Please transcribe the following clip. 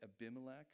Abimelech